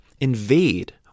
invade